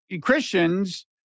Christians